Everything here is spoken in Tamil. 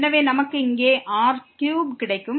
எனவே நமக்கு இங்கே r3 கிடைக்கும்